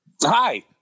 Hi